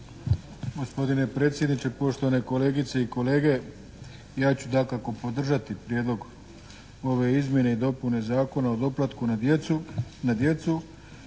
Gospodine predsjedniče, poštovane kolegice i kolege, ja ću dakako podržati prijedlog ove izmjene i dopune Zakona o doplatku na djecu